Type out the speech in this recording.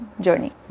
journey